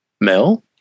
Mel